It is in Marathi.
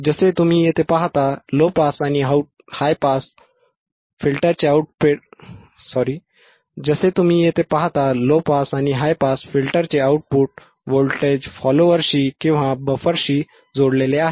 जसे तुम्ही येथे पाहता लो पास आणि हाय पास फिल्टरचे हे आउटपुट व्होल्टेज फॉलोअरशी किंवा बफरशी जोडलेले आहे